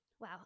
Wow